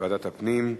ועדת הפנים.